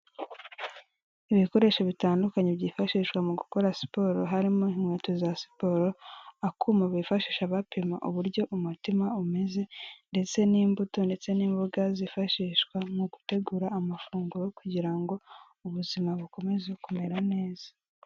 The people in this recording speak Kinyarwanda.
Ibikoresho bitandukanye byifashishwa mu gukora siporo harimo inkweto za siporo, akuma bifashisha abapima uburyo umutima umeze ndetse n'imbuto ndetse n'imboga zifashishwa mu gutegura amafunguro kugira ngo ubuzima bukomeze kumera neza.